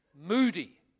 moody